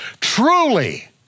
Truly